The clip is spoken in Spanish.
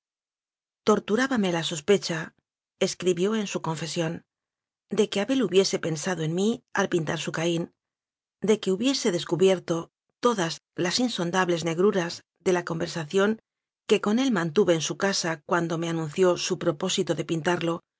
torturábame la sospechaescribió en su confesiónde que abel hubiese pensado en mí al pintar su caín de que hubiese descubierto todas las insondables negruras de la conversación que con él mantuve en su casa cuando me anunció su propósito de pintarlo